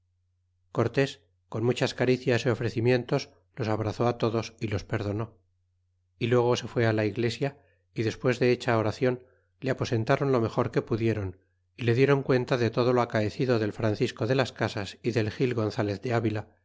con muchas caricias y ofrecimientos los abrazó todos y los perdonó y luego se fué la iglesia y despues de hecha oracion le aposentron lo mejor que pudieron y le dieron cuenta de todo lo acaecido del francisco de las casas y del gil gonzalez de avila